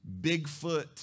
Bigfoot